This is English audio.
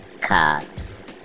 cops